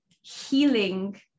healing